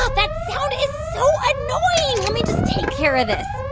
ah that sound is so annoying. let me just take care of this